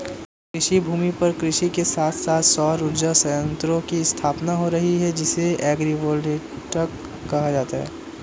कृषिभूमि पर कृषि के साथ साथ सौर उर्जा संयंत्रों की स्थापना हो रही है जिसे एग्रिवोल्टिक कहा जाता है